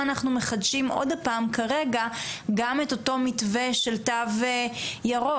אנחנו מחדשים עוד פעם כרגע גם את אותו מתווה של תו ירוק.